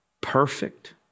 perfect